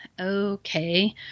okay